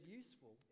useful